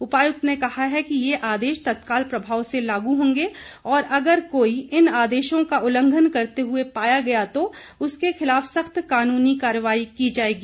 उपायुक्त ने कहा है कि ये आदेश तत्काल प्रभाव से लागू होंगे और अगर कोई इन आदेशों का उल्लंघन करते हुए पाया गया तो उसके खिलाफ सख्त कानूनी कार्रवाई की जाएगी